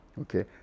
Okay